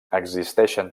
existeixen